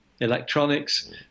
Electronics